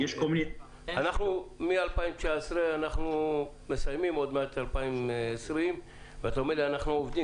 החוק הוא מ-2019 עוד מעט מסתיימת 2020 ואתה אומר לי "אנחנו עובדים"?